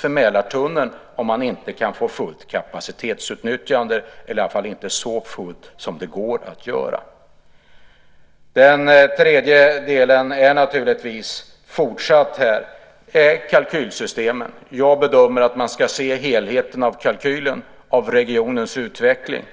för Mälartunneln om man inte kan få fullt kapacitetsutnyttjande, eller i alla fall så fullt som är möjligt. Den tredje delen i det här är kalkylsystemen. Jag bedömer att man ska se helheten av kalkylen av regionens utveckling.